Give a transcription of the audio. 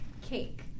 cake